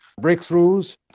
breakthroughs